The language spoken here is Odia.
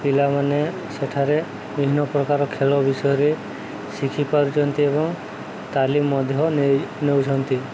ପିଲାମାନେ ସେଠାରେ ବିଭିନ୍ନ ପ୍ରକାର ଖେଳ ବିଷୟରେ ଶିଖିପାରୁଛନ୍ତି ଏବଂ ତାଲିମ ମଧ୍ୟ ନେଉଛନ୍ତି